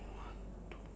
one two